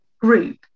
group